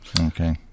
Okay